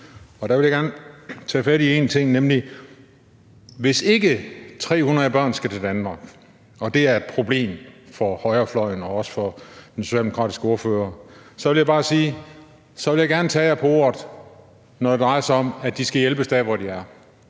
Der vil jeg gerne tage fat i en ting, nemlig hvis ikke 300 børn skal til Danmark, og det er et problem for højrefløjen og også for den socialdemokratiske ordfører, så vil jeg bare sige, at så vil jeg gerne tage jer på ordet, når det drejer sig om, at de skal hjælpes der, hvor de er.